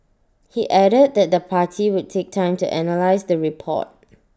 he added that the party would take time to analyse the report